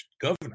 governor